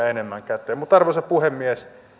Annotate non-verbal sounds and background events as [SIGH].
[UNINTELLIGIBLE] enemmän käteen arvoisa puhemies